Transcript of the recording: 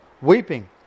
weeping